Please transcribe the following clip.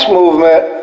movement